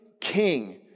king